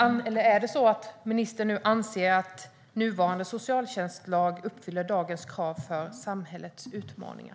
Eller anser ministern att nuvarande socialtjänstlag uppfyller dagens krav utifrån samhällets utmaningar?